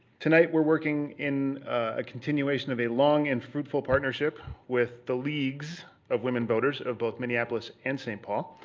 tonight we're working in a continuation of a long and fruitful partnership with the leagues of women voters of both minneapolis and saint paul.